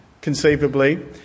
conceivably